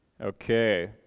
Okay